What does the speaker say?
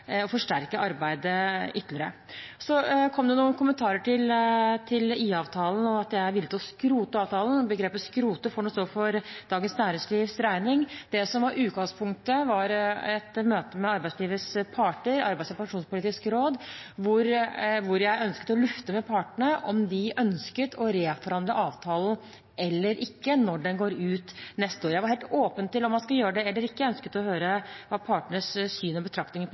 og forsterke arbeidet ytterligere. Så kom det noen kommentarer til IA-avtalen og at jeg er villig til å skrote avtalen. Begrepet «skrote» får nå stå for Dagens Næringslivs regning. Det som var utgangspunktet, var et møte med arbeidslivets parter og Arbeidslivs- og pensjonspolitisk råd, hvor jeg ønsket å lufte med partene om de ønsket å reforhandle avtalen eller ikke, når den går ut neste år. Jeg var helt åpen til om man skulle gjøre det eller ikke. Jeg ønsket å høre hva partenes syn og betraktninger på